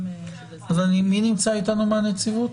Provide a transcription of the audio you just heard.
מי נמצא איתנו מהנציבות?